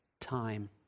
time